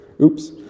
Oops